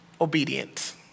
Obedience